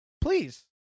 please